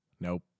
nope